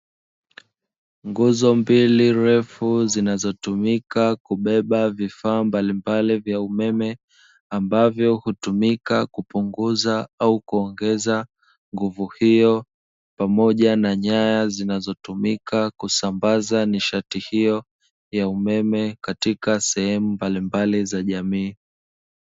Nguzo mbili ndefu zinazotumika kubeba vifaa mbalimbali vya umeme ambavyo hutumika kupunguza au kuongeza nguvu hiyo, pamoja na nyaya zinazotumika kusambaza nishati hiyo ya umeme katika sehemu mbalimbali za jamii.